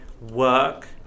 work